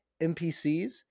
NPCs